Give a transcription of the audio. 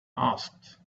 asked